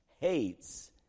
hates